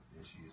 issues